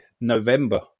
November